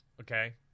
Okay